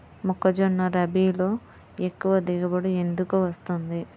మొక్కజొన్న రబీలో ఎక్కువ దిగుబడి ఎందుకు వస్తుంది?